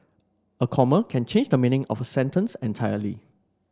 a comma can change the meaning of a sentence entirely